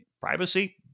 privacy